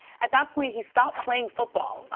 at that point he stopped playing football.